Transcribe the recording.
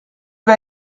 vas